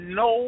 no